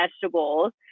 vegetables